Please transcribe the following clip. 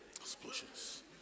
Explosions